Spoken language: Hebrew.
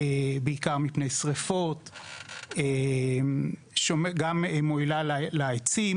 בעיקר מפני שריפות, מועילה לעצים